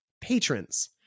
Patrons